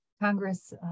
Congress